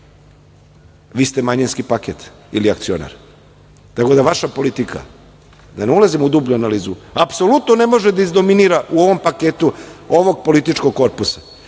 vi ste manjinski paket ili akcionar. Tako da, vaša politika, da ne ulazim u dublju analizu, apsolutno ne može da izdominira u ovom paketu ovog političkog korpusa.